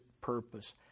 purpose